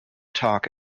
talk